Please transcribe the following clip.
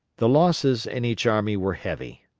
the losses in each army were heavy.